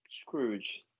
Scrooge